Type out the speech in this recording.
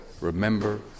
remember